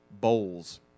bowls